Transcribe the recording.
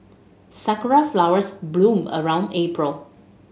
sakura flowers bloom around April